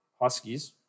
Huskies